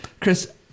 Chris